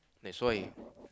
that's why